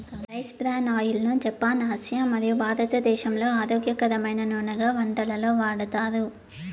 rice bran oil ను Japan, Asia మరియు భారతదేశంలో ఆరోగ్యకరమైన నూనెగా వంటలలో వాడతారు